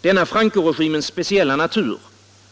Denna Francoregimens speciella natur